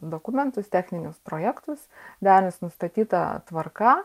dokumentus techninius projektus derins nustatyta tvarka